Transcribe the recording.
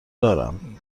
دارند